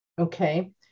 Okay